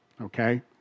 Okay